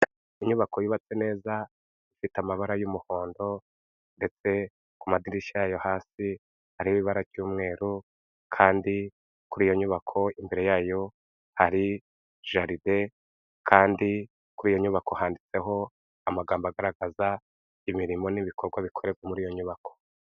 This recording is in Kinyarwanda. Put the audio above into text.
Inyubako yubatse neza ifite amabara y'umuhondo ndetse ku madirishya yo hasi hariho ibara ry'umweru, kandi kuri iyo nyubako imbere yayo hari jaride, kandi kuri iyo nyubako handitseho amagambo agaragaza imirimo n'ibikorwa bikorerwa muri iyo nyubako.